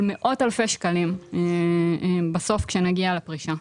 מאות אלפי שקלים בסוף כשנגיע לפרישה.